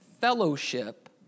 fellowship